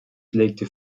legte